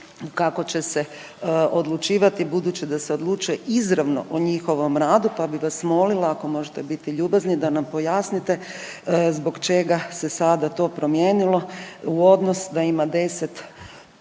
kako će se odlučivati, budući da se odlučuje izravno o njihovom radi pa bih vas molila, ako možete biti ljubazni da nam pojasnite zbog čega se sada to promijenilo u odnos da ima 10,